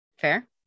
fair